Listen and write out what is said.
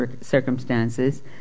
circumstances